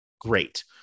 great